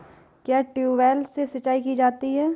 क्या ट्यूबवेल से सिंचाई की जाती है?